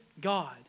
God